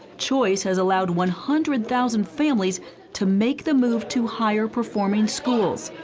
choice has allowed one hundred thousand families to make the move to higher-performing schools.